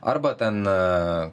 arba ten